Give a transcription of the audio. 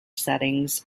settings